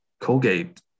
Colgate